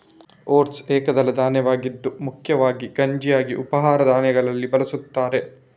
oats ಏಕದಳ ಧಾನ್ಯವಾಗಿದ್ದು ಮುಖ್ಯವಾಗಿ ಗಂಜಿಯಾಗಿ ಉಪಹಾರ ಧಾನ್ಯಗಳಲ್ಲಿ ಬಳಸುತ್ತಾರೆ